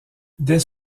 dès